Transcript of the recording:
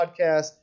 podcast